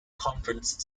conference